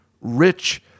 rich